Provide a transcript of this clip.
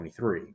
2023